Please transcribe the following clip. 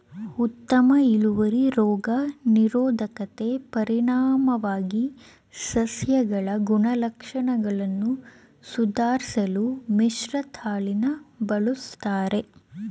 ಉತ್ತಮ ಇಳುವರಿ ರೋಗ ನಿರೋಧಕತೆ ಪರಿಣಾಮವಾಗಿ ಸಸ್ಯಗಳ ಗುಣಲಕ್ಷಣಗಳನ್ನು ಸುಧಾರ್ಸಲು ಮಿಶ್ರತಳಿನ ಬಳುಸ್ತರೆ